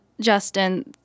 Justin